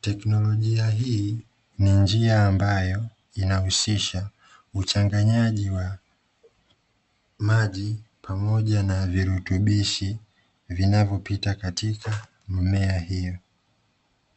Teknolojia hii ni njia ambayo inahusisha uchanganyaji wa maji pamoja na virutubisho vinavyopita katika mimea hiyo.